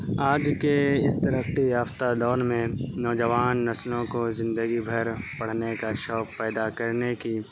آج کے اس ترقی یافتہ دور میں نوجوان نسلوں کو زندگی بھر پڑھنے کا شوق پیدا کرنے کی